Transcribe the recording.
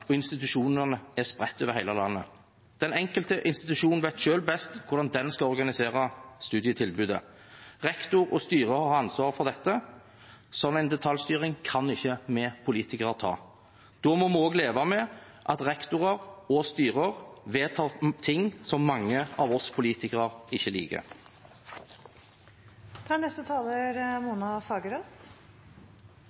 og institusjonene er spredt over hele landet. Den enkelte institusjon vet selv best hvordan den skal organisere studietilbudet. Rektor og styre har ansvaret for dette. En slik detaljstyring kan ikke vi politikere ta. Da må vi også leve med at rektorer og styrer vedtar ting som mange av oss politikere ikke